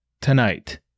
tonight